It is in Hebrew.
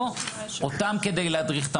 כי בסוף,